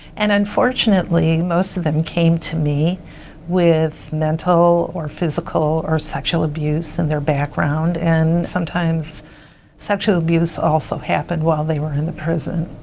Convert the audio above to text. and unfortunately, most of them came to me with mental or physical or sexual abuse in their background and sometimes sexual abuse also happened while they were in the prison.